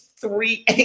three